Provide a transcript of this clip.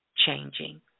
Changing